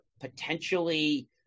Potentially